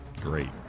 great